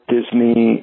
Disney